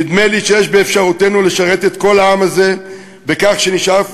נדמה לי שיש באפשרותנו לשרת את כל העם הזה בכך שנשאף